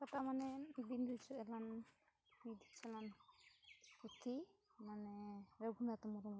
ᱠᱟᱛᱟ ᱢᱟᱱᱮ ᱫᱤᱱ ᱫᱷᱳᱡᱽᱡᱚ ᱮᱢᱟᱱ ᱥᱟᱱᱟᱢ ᱯᱩᱛᱷᱤ ᱢᱟᱱᱮ ᱨᱚᱜᱷᱩᱱᱟᱛᱷ ᱢᱩᱨᱢᱩᱭ ᱚᱞ ᱟᱠᱟᱫ